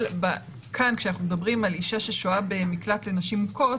כאן כשאנחנו מדברים על אישה ששוהה במקלט לנשים מוכות,